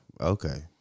Okay